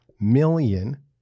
million